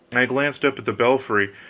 i glanced up at the belfry,